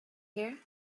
here